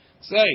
Say